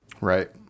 Right